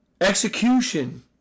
execution